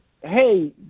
hey